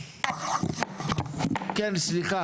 הישיבה